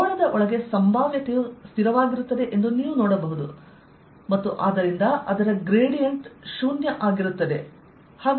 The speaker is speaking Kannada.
ಗೋಳದ ಒಳಗೆ ಸಂಭಾವ್ಯತೆಯು ಸ್ಥಿರವಾಗಿರುತ್ತದೆ ಎಂದು ನೀವು ನೋಡಬಹುದು ಮತ್ತು ಆದ್ದರಿಂದ ಅದರ ಗ್ರೇಡಿಯಂಟ್ 0 ಆಗಿರುತ್ತದೆ